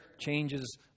changes